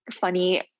funny